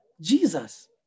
Jesus